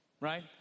right